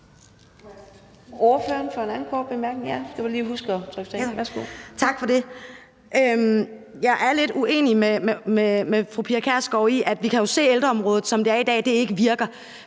Jeg er lidt uenig med fru Pia Kjærsgaard. Vi jo kan se, at det på ældreområdet, som det er i dag, ikke virker.